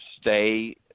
stay –